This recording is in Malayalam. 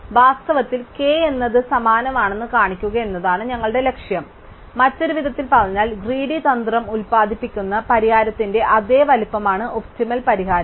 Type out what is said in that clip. അതിനാൽ വാസ്തവത്തിൽ k എന്നത് സമാനമാണെന്ന് കാണിക്കുക എന്നതാണ് ഞങ്ങളുടെ ലക്ഷ്യം മറ്റൊരു വിധത്തിൽ പറഞ്ഞാൽ ഗ്രീഡി തന്ത്രം ഉൽപാദിപ്പിക്കുന്ന പരിഹാരത്തിന്റെ അതേ വലുപ്പമാണ് ഒപ്റ്റിമൽ പരിഹാരം